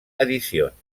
edicions